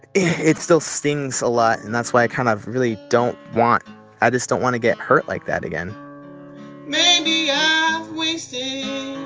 it still stings a lot. and that's why i kind of really don't want i just don't want to get hurt like that again maybe i've yeah wasted